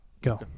go